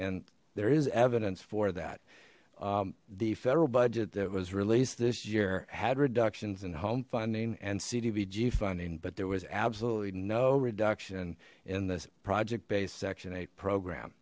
and there is evidence for that the federal budget that was released this year had reductions in home funding and cdbg funding but there was absolutely no reduction in this project based section eight program